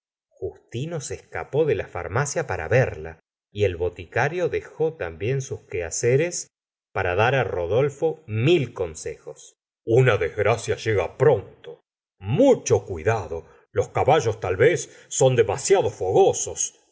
justino se escapó de la farmacia para verla y el boticario dejó también sus quehaceres para dar rodolfo mil consejos una desgracia llega pronto mucho cuidado los caballos tal vez son demasiado fogosos